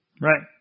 Right